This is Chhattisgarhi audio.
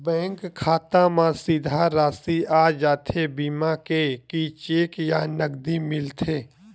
बैंक खाता मा सीधा राशि आ जाथे बीमा के कि चेक या नकदी मिलथे?